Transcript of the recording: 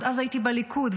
אז עוד הייתי בליכוד,